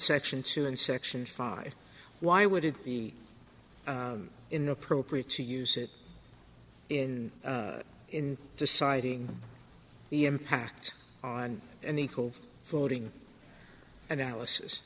section two and section five why would it be inappropriate to use it in in deciding the impact on an equal footing analysis